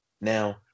Now